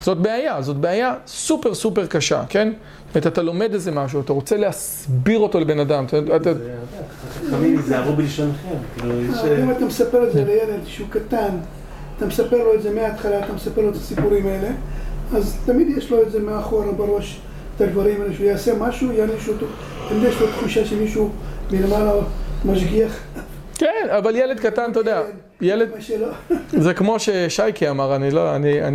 זאת בעיה, זאת בעיה סופר סופר קשה, כן? אתה לומד איזה משהו, אתה רוצה להסביר אותו לבן אדם, זאת אומרת, אתה... תמיד ניזהרו בלשונכם, כאילו יש... אם אתה מספר את זה לילד שהוא קטן, אתה מספר לו את זה מההתחלה, אתה מספר לו את הסיפורים האלה, אז תמיד יש לו איזה מאחור, בראש, את הדברים האלה, שהוא יעשה משהו, יענש אותו, אין לך איזו תחושה שמישהו מלמעלה משגיח. כן, אבל ילד קטן, אתה יודע, ילד... מה שלא. וכמו ששייקי אמר, אני לא...